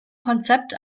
konzept